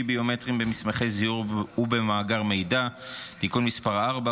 ביומטריים במסמכי זיהוי ובמאגר מידע (תיקון מס' 4,